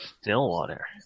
Stillwater